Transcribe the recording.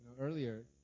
earlier